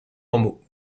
normaux